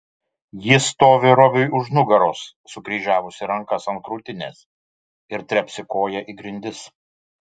ji stovi robiui už nugaros sukryžiavusi rankas ant krūtinės ir trepsi koja į grindis